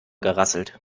gerasselt